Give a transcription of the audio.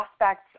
aspects